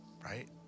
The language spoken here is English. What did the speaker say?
Right